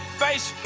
face